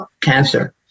cancer